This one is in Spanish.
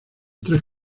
tres